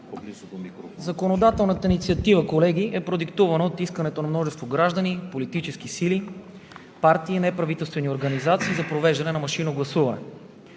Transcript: Законодателната инициатива, колеги, е продиктувана от искането на множество граждани, политически сили, партии и неправителствени организации за провеждане на машинно гласуване.